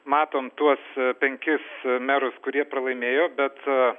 matom tuos penkis merus kurie pralaimėjo bet